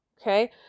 Okay